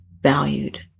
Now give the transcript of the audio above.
valued